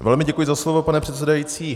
Velmi děkuji za slovo, pane předsedající.